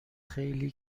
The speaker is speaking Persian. خیلی